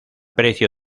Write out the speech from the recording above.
precio